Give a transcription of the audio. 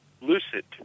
lucid